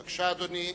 בבקשה, אדוני.